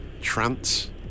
Trance